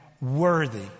worthy